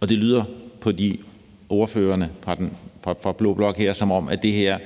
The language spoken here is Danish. og det lyder på ordførerne fra blå blok her, som om det her